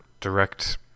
direct